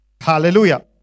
Hallelujah